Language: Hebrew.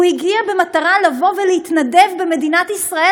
הוא הגיע במטרה לבוא ולהתנדב במדינת ישראל,